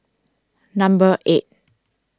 number eight